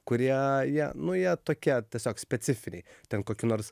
kurie jie nu jie tokie tiesiog specifiniai ten koki nors